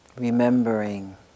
remembering